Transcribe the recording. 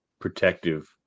protective